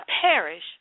perish